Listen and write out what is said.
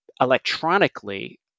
electronically